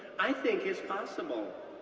i think it's possible.